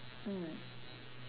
mm